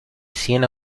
cien